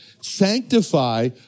Sanctify